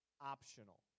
optional